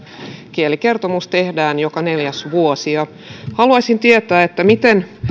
kielikertomus tehdään joka neljäs vuosi haluaisin tietää miten